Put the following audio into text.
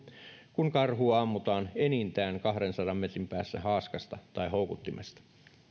kun karhua ammutaan enintään kahdensadan metrin päässä haaskasta tai houkuttimesta